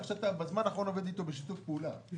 בזמן האחרון אתה עובד איתו בשיתוף פעולה...